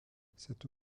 cette